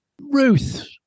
Ruth